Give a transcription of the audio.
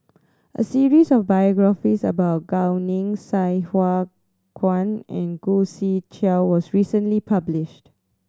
a series of biographies about Gao Ning Sai Hua Kuan and Khoo Swee Chiow was recently published